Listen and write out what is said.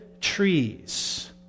trees